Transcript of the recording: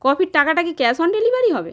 কফির টাকাটা কি ক্যাশ অন ডেলিভারি হবে